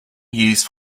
used